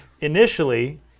initially